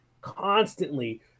constantly